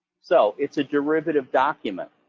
so it's a derivative document,